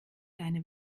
deine